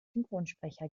synchronsprecher